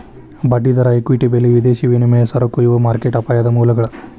ಬಡ್ಡಿದರ ಇಕ್ವಿಟಿ ಬೆಲಿ ವಿದೇಶಿ ವಿನಿಮಯ ಸರಕು ಇವು ಮಾರ್ಕೆಟ್ ಅಪಾಯದ ಮೂಲಗಳ